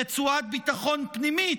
רצועת ביטחון פנימית,